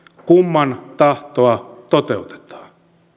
kumman tahtoa toteutetaan